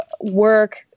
work